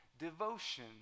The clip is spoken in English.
devotion